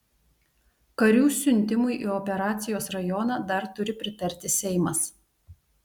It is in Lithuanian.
karių siuntimui į operacijos rajoną dar turi pritarti seimas